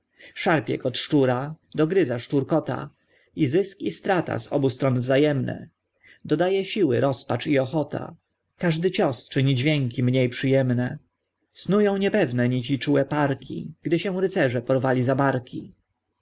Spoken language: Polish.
szarpie kot szczura dogryza szczur kota i zysk i strata z obu stron wzajemne dodaje siły rozpacz i ochota każdy cios czyni dźwięki mniej przyjemne snują niepewne nici czułe parki gdy się rycerze porwali za barki